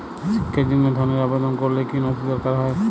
শিক্ষার জন্য ধনের আবেদন করলে কী নথি দরকার হয়?